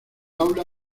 aula